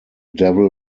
devil